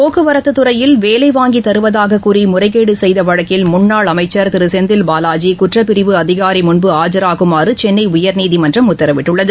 போக்குவரத்து துறையில் வேலை வாங்கி தருவதாக கூறி முறைகேடு செய்த வழக்கில் முன்னாள் அமைச்சர் திரு செந்தில் பாலாஜி குற்றப் பிரிவு அதிகாரி முன் ஆஜாகுமாறு சென்னை உயர்நீதிமன்றம் உத்தரவிட்டுள்ளது